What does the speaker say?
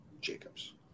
Jacobs